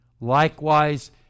Likewise